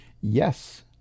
Yes